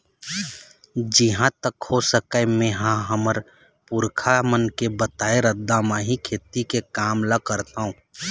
जिहाँ तक हो सकय मेंहा हमर पुरखा मन के बताए रद्दा म ही खेती के काम ल करथँव